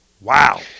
Wow